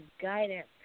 guidance